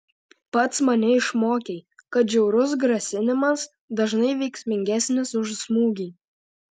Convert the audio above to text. pats mane išmokei kad žiaurus grasinimas dažnai veiksmingesnis už smūgį